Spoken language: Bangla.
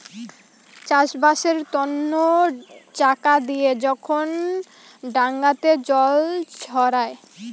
চাষবাসের তন্ন চাকা দিয়ে যখন ডাঙাতে জল ছড়ায়